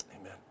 Amen